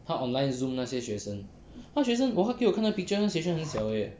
他 online zoom 那些学生他学生我他给我看那个 picture 他的学生很小而已 eh